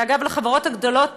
ואגב, לחברות הגדולות לטכנולוגיה,